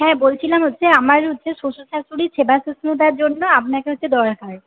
হ্যাঁ বলছিলাম যে আমার যে শ্বশুর শাশুড়ির সেবা শুশ্রূষার জন্য আপনাকে হচ্ছে দরকার